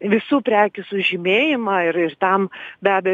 visų prekių sužymėjimą ir ir tam be abejo